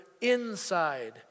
inside